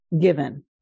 given